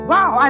Wow